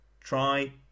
try